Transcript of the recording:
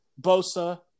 Bosa